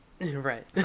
Right